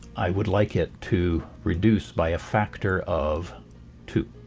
i would like it to reduce by a factor of two.